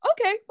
okay